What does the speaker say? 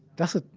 that' a,